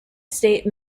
state